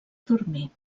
dormir